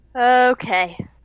Okay